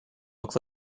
look